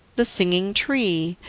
the singing tree,